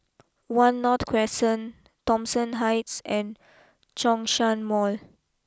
one North Crescent Thomson Heights and Zhongshan Mall